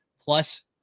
plus